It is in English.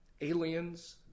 Aliens